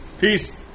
Peace